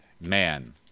Man